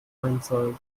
einzahlt